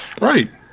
Right